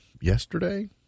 yesterday